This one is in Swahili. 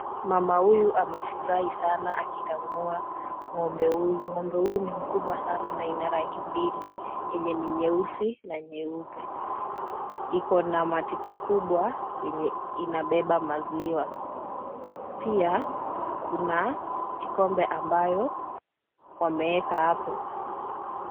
Mama huyu amefurahi sana akikamua ng'ombe huyu. Ng'ombe huyu ni mkubwa sana na ina rangi mbili, yenye ni nyeusi na nyeupe. Iko na matiti kubwa yenye inabeba maziwa. Pia kuna kikombe ambayo wameeka apo.